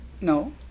No